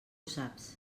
saps